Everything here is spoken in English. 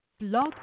Blog